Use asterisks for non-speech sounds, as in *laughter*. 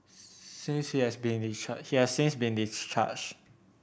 since he has been *unintelligible* he has since been discharged